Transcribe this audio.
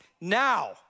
now